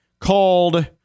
called